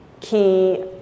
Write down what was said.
key